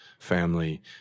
family